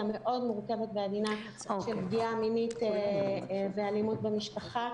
המאוד מורכבת ועדינה של פגיעה מינית ואלימות במשפחה.